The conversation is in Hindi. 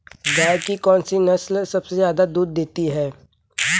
गाय की कौनसी नस्ल सबसे ज्यादा दूध देती है?